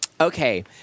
Okay